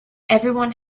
everyone